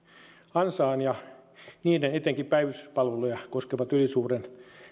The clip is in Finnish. ansaan ja etenkin niiden päivystyspalveluja koskeva ylisuuri